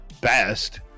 best